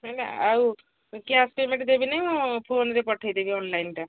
ହେଲା ଆଉ cash payment ଦେବିିନି ମୁଁ ଫୋନ୍ରେ ପଠେଇଦେବି ଅନଲାଇନ୍ଟା